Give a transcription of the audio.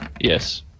Yes